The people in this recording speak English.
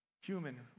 human